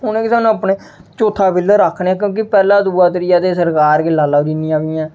उ'नें गी सानूं अपना चौथा पिलर आखने आं क्योंकि पैह्ला दूआ त्रीया ते सरकार गै लाई लैओ जि'न्नियां बी ऐं